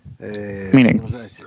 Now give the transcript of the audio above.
Meaning